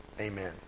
Amen